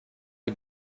die